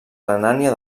renània